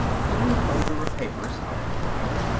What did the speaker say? pulling a folder of papers out of the file.